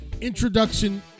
introduction